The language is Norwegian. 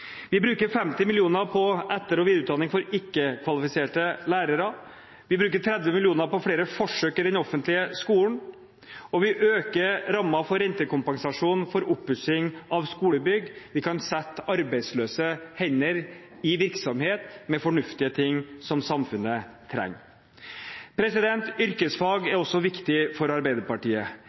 Vi bruker 50 mill. kr på etter- og videreutdanning for ikke-kvalifiserte lærere. Vi bruker 30 mill. kr på flere forsøk i den offentlige skolen. Og vi øker rammene for rentekompensasjon for oppussing av skolebygg. Vi kan sette arbeidsløse hender i virksomhet med fornuftige ting som samfunnet trenger. Yrkesfag er også viktig for Arbeiderpartiet.